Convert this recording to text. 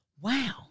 wow